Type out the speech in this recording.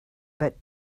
but